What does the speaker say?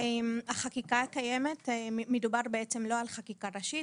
החקיקה הקיימת מדובר בעצם לא על חקיקה ראשית,